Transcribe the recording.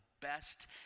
best